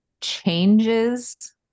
changes